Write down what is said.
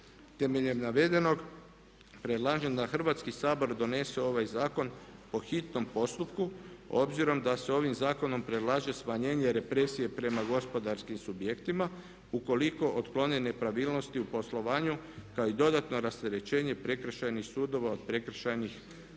Temeljem navedenog predlažem da Hrvatski sabor donese ovaj zakon po hitnom postupku, obzirom da se ovim zakonom predlaže smanjenje represije prema gospodarskim subjektima ukoliko otklone nepravilnosti u poslovanju kao i dodatno rasterećenje Prekršajnih sudova od prekršajnih postupaka.